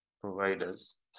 providers